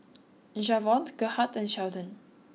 Javonte Gerhardt and Sheldon